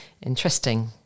Interesting